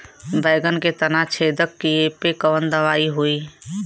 बैगन के तना छेदक कियेपे कवन दवाई होई?